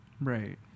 Right